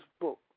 book